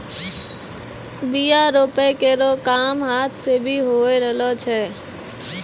बीया रोपै केरो काम हाथ सें भी होय रहलो छै